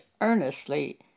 earnestly